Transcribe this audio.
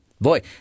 Boy